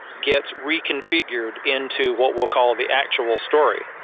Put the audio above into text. gets reconfigured into what we'll call the actual story.